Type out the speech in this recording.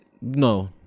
No